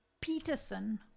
Peterson